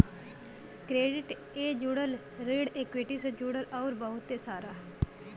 credit ए जुड़ल, ऋण इक्वीटी से जुड़ल अउर बहुते सारा